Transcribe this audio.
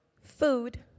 Food